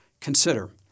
Consider